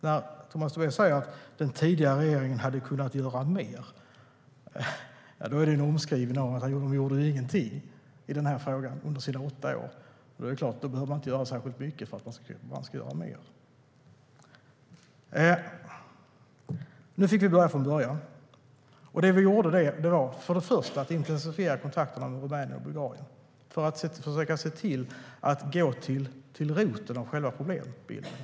När Tomas Tobé säger att den tidigare regeringen hade kunnat göra mer är det en omskrivning av att de inte gjorde någonting i den här frågan under sina åtta år. Det är klart att då behöver man inte göra särskilt mycket för att göra mer. Nu fick vi börja från början. Det vi gjorde var för det första att intensifiera kontakterna med Rumänien och Bulgarien för att försöka gå till roten med själva problemet.